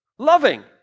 Loving